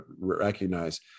recognize